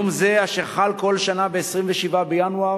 יום זה, אשר חל כל שנה ב-27 בינואר